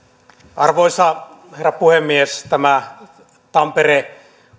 arvoisa herra puhemies tämä tampere